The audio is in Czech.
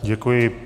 Děkuji.